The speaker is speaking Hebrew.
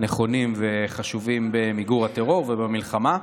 נכונים וחשובים למיגור הטרור ובמלחמה,